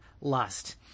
lust